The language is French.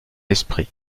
esprit